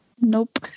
Nope